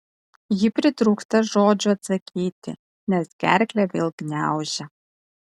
ji pritrūksta žodžių atsakyti nes gerklę vėl gniaužia